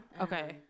okay